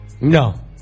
no